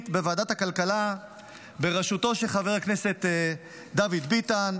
בוועדת הכלכלה בראשותו של חבר הכנסת דוד ביטן,